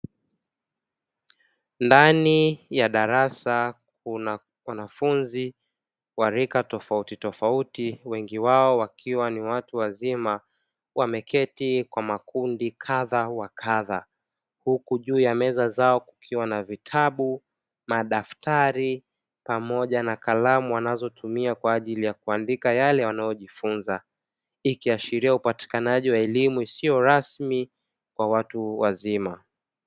Ndani ya darasa kuna wanafunzi wa rika tofautitofauti, wengi wao wakiwa ni watu wazima wameketi kwa makundi kadha wa kadha; huku juu ya meza zao kukiwa na vitabu, madaftari pamoja na kalamu wanazotumia kwa ajili ya kuandika yale wanayojifunza; ikiashiria upatikanaji wa elimu isiyo rasmi kwa watu wazima.